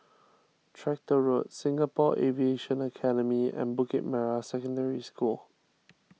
Tractor Road Singapore Aviation Academy and Bukit Merah Secondary School